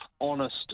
honest